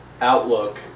outlook